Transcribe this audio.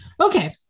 Okay